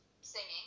singing